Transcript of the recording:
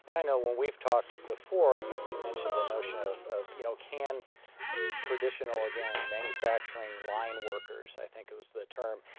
and i know when we've talked before you you mentioned the notion of of you know can traditional, again, manufacturing line workers, i think was the term,